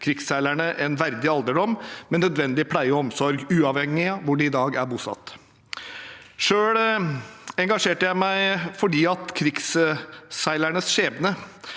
krigsseilerne en verdig alderdom med nødvendig pleie og omsorg, uavhengig av hvor de i dag er bosatt. Selv engasjerte jeg meg på grunn av krigsseilernes skjebne